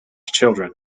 children